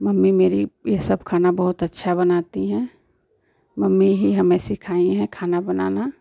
mummy मेरी यह सब खाना बहुत अच्छा बनाती है मम्मी ही हमें सिखाई हैं खाना बनाना